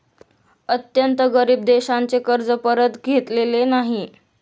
अत्यंत गरीब देशांचे कर्ज परत घेतलेले नाही